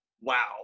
wow